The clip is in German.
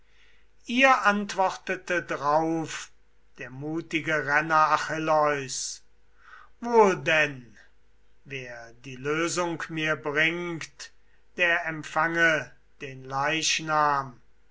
ihr antwortete drauf der mutige renner achilleus wohl denn wer die lösung mir bringt der empfange den leichnam